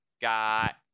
Got